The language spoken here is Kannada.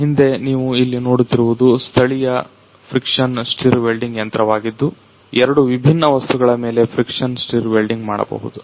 ನನ್ನ ಹಿಂದೆ ನೀವು ಇಲ್ಲಿ ನೋಡುತ್ತಿರುವುದು ಸ್ಥಳೀಯ ಫ್ರಿಕ್ಷನ್ ಸ್ಟಿರ್ ವೆಲ್ಡಿಂಗ್ ಯಂತ್ರವಾಗಿದ್ದು ಎರಡು ವಿಭಿನ್ನ ವಸ್ತುಗಳ ಮೇಲೆ ಫ್ರಿಕ್ಷನ್ ಸ್ಟಿರ್ ವೆಲ್ಡಿಂಗ್ ಮಾಡಬಹುದು